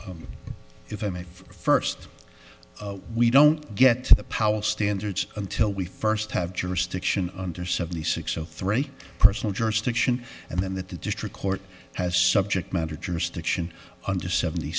much if i may first we don't get to the powell standards until we first have jurisdiction under seventy six zero three personal jurisdiction and then that the district court has subject matter jurisdiction under seventy